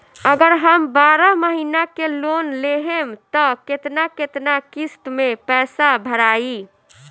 अगर हम बारह महिना के लोन लेहेम त केतना केतना किस्त मे पैसा भराई?